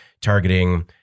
targeting